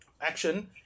action